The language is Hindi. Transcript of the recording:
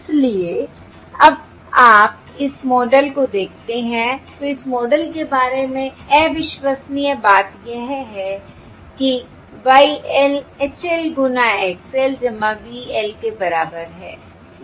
इसलिए अब आप इस मॉडल को देखते हैं तो इस मॉडल के बारे में अविश्वसनीय बात यह है कि Y l H l गुना X l V l के बराबर है